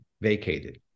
vacated